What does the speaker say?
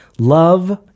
Love